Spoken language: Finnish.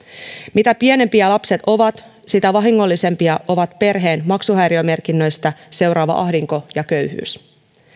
mitä pienempiä lapset ovat sitä vahingollisempia ovat perheen maksuhäiriömerkinnöistä seuraava ahdinko ja köyhyys